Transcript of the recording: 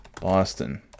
Boston